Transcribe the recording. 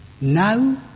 Now